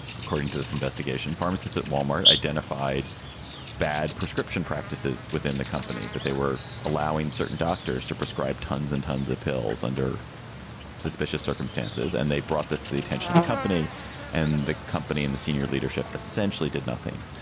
according to this investigation, pharmacists at wal-mart identified bad prescription practices within the company that they were allowing certain doctors to prescribe tons and tons of pills under suspicious circumstances. and they brought this to the attention of the company and the company. and the senior leadership essentially did nothing.